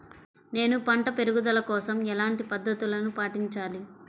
నేను పంట పెరుగుదల కోసం ఎలాంటి పద్దతులను పాటించాలి?